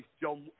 John